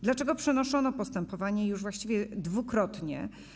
Dlaczego przenoszono postępowanie już właściwie dwukrotnie?